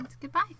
goodbye